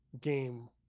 game